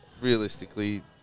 Realistically